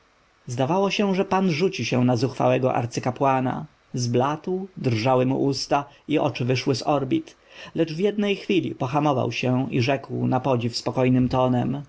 zdawało się że pan rzuci się na zuchwałego arcykapłana zbladł drżały mu usta i oczy wyszły z orbit lecz w jednej chwili pohamował się i rzekł napodziw spokojnym tonem